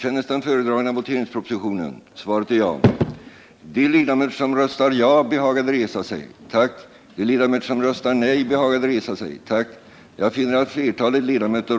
Ärade kammarledamöter!